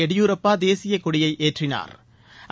எடியூரப்பா தேசியக்கொடியை ஏற்றினாா்